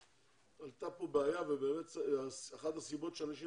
עלתה כאן בעיה לפיה אחת הסיבות שאנשים